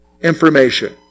information